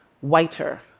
whiter